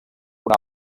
una